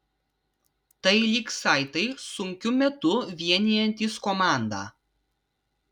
tai lyg saitai sunkiu metu vienijantys komandą